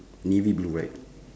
navy blue right